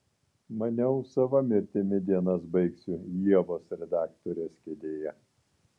maniau sava mirtimi dienas baigsiu ievos redaktorės kėdėje